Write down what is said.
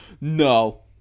no